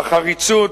בחריצות,